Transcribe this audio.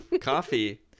coffee